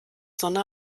sonne